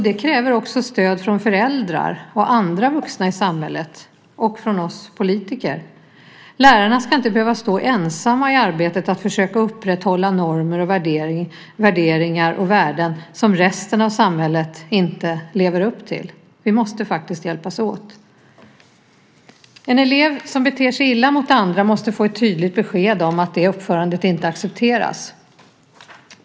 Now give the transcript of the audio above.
Det kräver också stöd från föräldrar och andra vuxna i samhället och från oss politiker. Lärarna ska inte behöva stå ensamma i arbetet med att försöka upprätthålla normer, värderingar och värden som resten av samhället inte lever upp till. Vi måste faktiskt hjälpas åt. En elev som beter sig illa mot andra måste få ett tydligt besked om att det uppförandet inte accepteras.